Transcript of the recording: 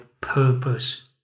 purpose